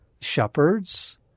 shepherds